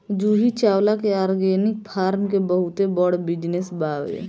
जूही चावला के organic farm के बहुते बड़ बिजनस बावे